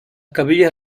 capillas